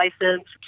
license